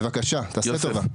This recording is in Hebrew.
בבקשה, תעשה לי טובה.